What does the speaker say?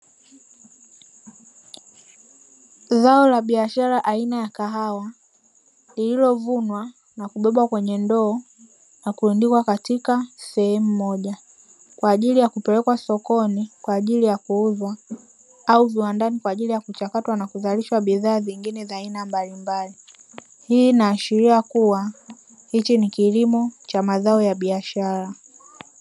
Zao la biashara aina ya kahawa, ambalo huvunwa na kudobwa kwenye ndoo na kuungukwa katika sehemu moja, kwa ajili ya kupelekwa sokoni kwa ajili ya kuuzwa, au viwandani kwa ajili ya kuchakatwa na kuzalishwa bidhaa zingine za aina mbalimbali. Hii inaashiria kuwa hichi ni kilimo cha mazao ya biashara.